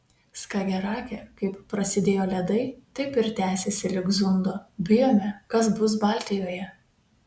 skagerake kaip prasidėjo ledai taip ir tęsiasi lig zundo bijome kas bus baltijoje